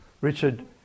Richard